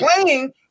playing